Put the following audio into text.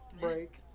break